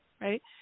right